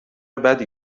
بدی